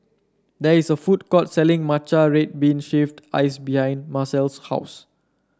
there is a food court selling Matcha Red Bean Shaved Ice behind Marcel's house